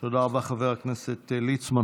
חבר הכנסת ליצמן.